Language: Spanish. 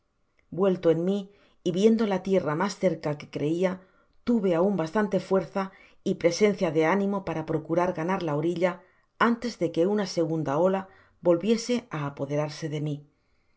vuelto en mi y viendo la tierra mas cerca que creia tuve aun bastante fuerza y presencia de ánimo para procurar ganar la orilla antes que una segunda ola volviese á apoderarse de mi